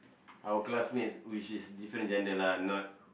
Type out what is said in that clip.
our classmates which is different in gender lah not